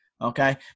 Okay